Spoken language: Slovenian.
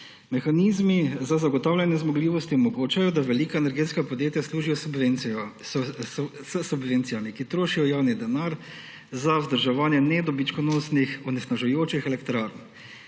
Mehanizmi za zagotavljanje zmogljivosti omogočajo, da velika energetska podjetja služijo s subvencijami, ki trošijo javni denar za vzdrževanje nedobičkonosnih onesnažujočih elektrarn.